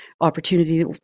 opportunity